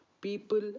people